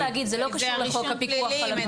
צריך להגיד שזה לא קשור לחוק הפיקוח על המעונות.